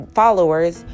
followers